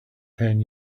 ten